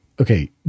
okay